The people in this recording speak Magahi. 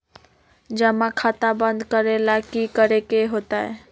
जमा खाता बंद करे ला की करे के होएत?